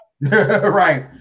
Right